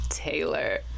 Taylor